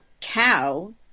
cow